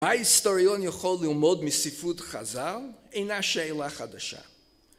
מה ההיסטוריון יכול ללמוד מספרות חז"ל? הנה השאלה החדשה